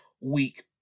week